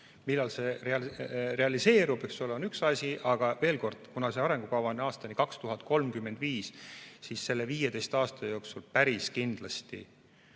millal see realiseerub, on üks asi, aga veel kord, kuna see arengukava on aastani 2035, siis selle 15 aasta jooksul toimuvad päris kindlasti